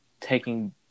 taking